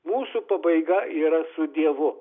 mūsų pabaiga yra su dievu